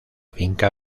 finca